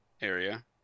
area